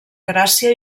gràcia